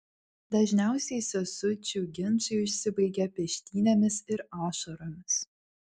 dažniausiai sesučių ginčai užsibaigia peštynėmis ir ašaromis